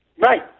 Right